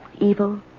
Evil